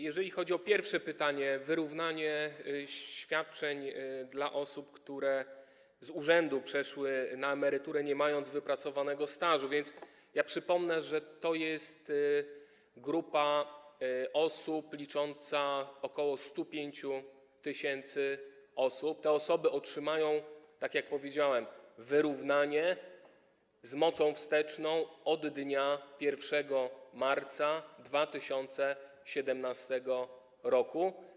Jeżeli chodzi o pierwsze pytanie, dotyczące wyrównania świadczeń dla osób, które z urzędu przeszły na emeryturę, nie mając wypracowanego stażu - przypomnę, że to jest grupa osób licząca ok. 105 tys. - to te osoby otrzymają, tak jak powiedziałem, wyrównanie z mocą wsteczną od dnia 1 marca 2017 r.